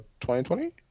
2020